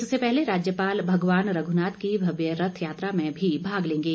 इससे पहले राज्यपाल भगवान रघुनाथ की भव्य रथयात्रा में भाग लेंगे